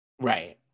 Right